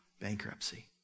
bankruptcy